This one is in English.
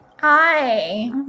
Hi